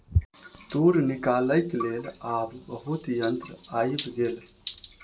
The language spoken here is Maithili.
तूर निकालैक लेल आब बहुत यंत्र आइब गेल